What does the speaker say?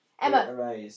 Emma